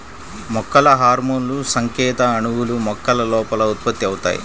మొక్కల హార్మోన్లుసంకేత అణువులు, మొక్కల లోపల ఉత్పత్తి అవుతాయి